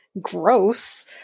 gross